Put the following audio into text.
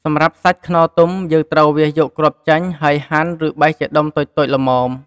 សម្រាប់ សាច់ខ្នុរទុំ យើងត្រូវវះយកគ្រាប់ចេញ ហើយហាន់ ឬបេះជាដុំតូចៗល្មម។